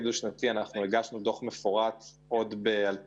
דו-שנתי אנחנו הגשנו דוח מפורט ב-2012.